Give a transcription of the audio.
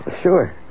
Sure